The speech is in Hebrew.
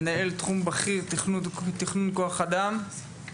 מנהל תחום בכיר תכנון כוח אדם במשרד הבריאות,